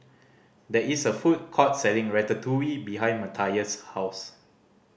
there is a food court selling Ratatouille behind Mathias' house